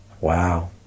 wow